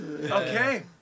Okay